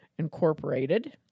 incorporated